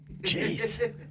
Jeez